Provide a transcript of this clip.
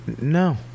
No